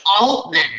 Altman